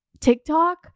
TikTok